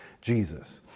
Jesus